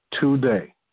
today